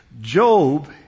Job